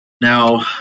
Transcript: Now